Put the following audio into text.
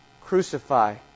Crucify